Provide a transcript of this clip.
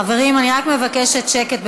חברים, אני רק מבקשת שקט.